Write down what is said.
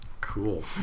Cool